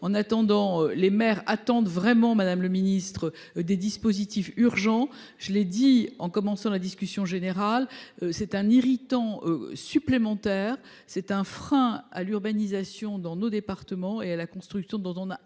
En attendant, les maires attendent vraiment Madame le Ministre des dispositifs urgent je l'ai dit en commençant la discussion générale c'est un irritant supplémentaires c'est un frein à l'urbanisation dans nos départements et à la construction dont on a